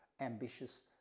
ambitious